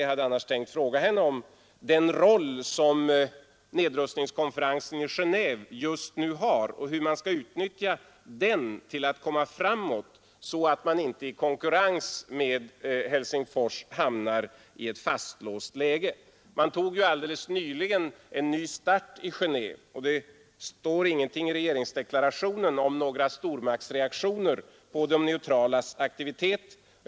Jag hade annars tänkt fråga henne om den roll som nedrustningskonferensen i Genéve just nu har och hur man skall utnyttja den till att komma framåt så att den inte i konkurrens med Helsingfors hamnar i ett fastlåst läge. Man tog ju alldeles nyligen en ny start i Genéve, och det står ingenting i regeringsdeklarationen om några stormaktsreaktioner på de neutralas aktivitet.